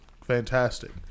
Fantastic